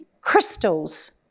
crystals